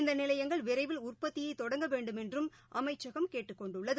இந்தநிலையங்கள் விரைவில் உற்பத்தியைதொடங்க வேண்டுமென்றும் அமைச்சகம் கேட்டுக் கொண்டுள்ளது